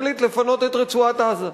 החליט לפנות את רצועת-עזה,